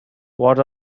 what